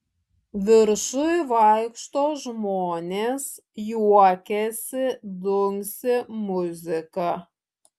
viršuj vaikšto žmonės juokiasi dunksi muzika